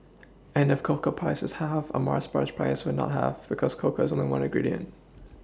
and if cocoa prices halved a Mars bar's price will not halve because cocoa is only one ingredient